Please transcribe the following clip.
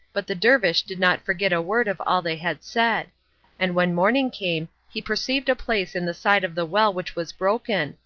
but the dervish did not forget a word of all they had said and when morning came he perceived a place in the side of the well which was broken,